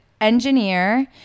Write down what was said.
engineer